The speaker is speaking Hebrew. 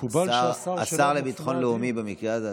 זה השר לביטחון לאומי במקרה הזה,